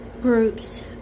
groups